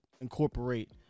incorporate